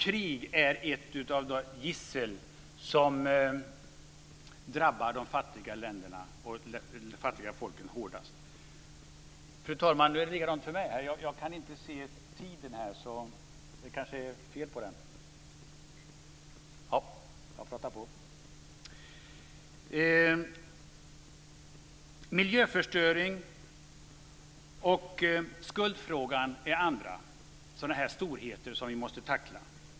Krig är ett gissel som drabbar de fattiga länderna och folken hårdast. Fru talman! Miljöförstöring och skuldfrågan är andra storheter som vi måste tackla.